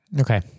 Okay